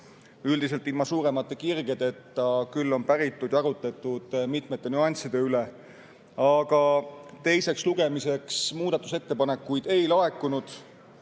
üldiselt ilma suurema kireta. Küll on päritud ja arutatud mitmete nüansside üle. Teiseks lugemiseks muudatusettepanekuid ei laekunud,